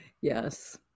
yes